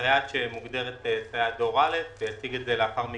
סייעת שמוגדרת סייעת דור א' ולאחר מכן,